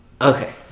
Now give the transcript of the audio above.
Okay